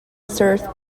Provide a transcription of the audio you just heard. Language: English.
served